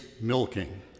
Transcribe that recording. milking